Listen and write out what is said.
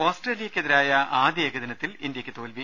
ഓസ്ട്രേലിയക്കെതിരായ ആദ്യ ഏകദിനത്തിൽ ഇന്ത്യയ്ക്ക് തോൽവി